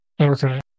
Okay